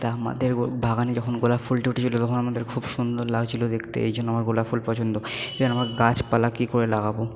তা আমাদের বাগানে যখন গোলাপ ফুলটা উঠেছিলো তখন আমাদের খুব সুন্দর লাগছিলো দেখতে এই জন্য আমার গোলাপ ফুল পছন্দ আমার গাছপালা কী করে লাগাবো